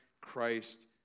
Christ